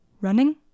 running